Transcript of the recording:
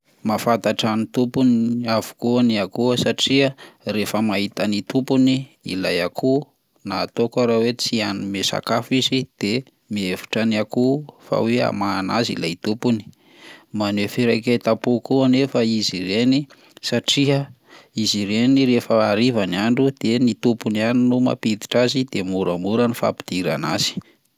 Mahafantatra ny tompony avokoa satria rehefa mahita ny tompony ilay akoho na ataoko ara hoe tsy hanome sakafo izy de mihevitra ny akoho fa hoe hamahana azy ilay tompony. Maneho firaiketam-po koa anefa izy ireny satria izy ireny rehefa hariva ny andro de ny tompony ihany no mampiditra azy de moramora ny fampidirana azy.